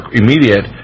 immediate